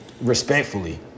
respectfully